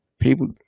people